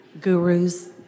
Gurus